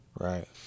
Right